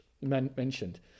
mentioned